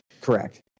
Correct